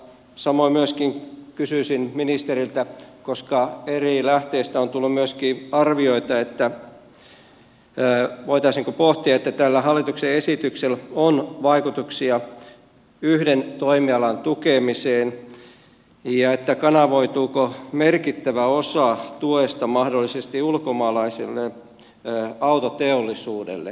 samoin myöskin kysyisin ministeriltä koska eri lähteistä on tullut myöskin arvioita voitaisiinko pohtia että tällä hallituksen esityksellä on vaikutuksia yhden toimialan tukemiseen ja kanavoituuko merkittävä osa tuesta mahdollisesti ulkomaalaiselle autoteollisuudelle eikä suomalaisille